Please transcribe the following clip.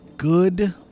Good